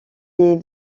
est